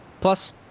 Plus